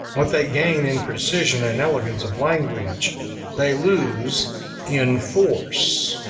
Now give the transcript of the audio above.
what they gain in precision and elegance of language they lose in force.